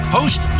host